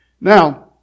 Now